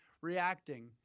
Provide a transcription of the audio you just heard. reacting